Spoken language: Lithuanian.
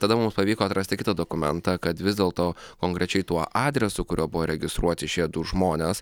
tada mums pavyko atrasti kitą dokumentą kad vis dėlto konkrečiai tuo adresu kuriuo buvo registruoti šie du žmonės